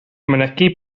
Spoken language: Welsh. mynegi